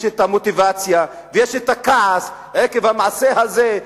יש מוטיבציה ויש כעס עקב המעשה הזה,